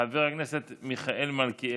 חבר הכנסת מיכאל מלכיאלי,